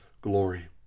glory